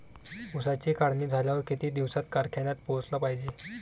ऊसाची काढणी झाल्यावर किती दिवसात कारखान्यात पोहोचला पायजे?